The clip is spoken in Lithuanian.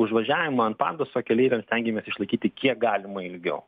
už važiavimą ant panduso o keleiviams stengėmės išlaikyti kiek galima ilgiau